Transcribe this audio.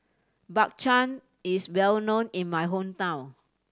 Bak Chang is well known in my hometown